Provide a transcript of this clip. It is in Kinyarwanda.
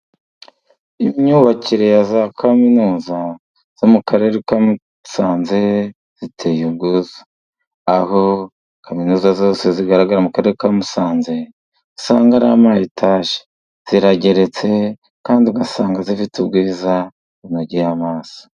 Imyubakire ya za kaminuza zo mu karere ka Musanze ziteye ubwuzu. Aho kaminuza zose zigaragara mu karere ka Musanze, usanga ari amayetaje. Zirageretse, kandi ugasanga zifite ubwiza bunogeye amaso.